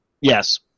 Yes